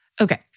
Okay